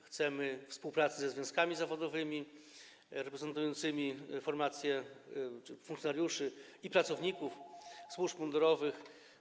Chcemy współpracy ze związkami zawodowymi reprezentującymi formacje, funkcjonariuszy i pracowników służb mundurowych.